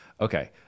Okay